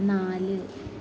നാല്